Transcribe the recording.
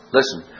Listen